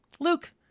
Luke